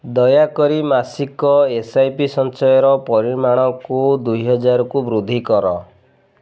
ଦୟାକରି ମାସିକ ଏସ୍ ଆଇ ପି ସଞ୍ଚୟର ପରିମାଣକୁ ଦୁଇହଜାରକୁ ବୃଦ୍ଧି କର